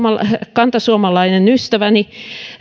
kantasuomalainen ystäväni